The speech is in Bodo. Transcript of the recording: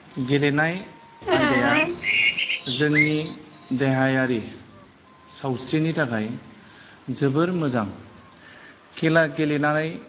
गेलेनाय आयदाया जोंनि देहायारि सावस्रिनि थाखाय जोबोर मोजां खेला गेलेनानै